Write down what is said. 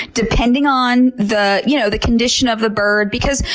depending on the you know the condition of the bird. because,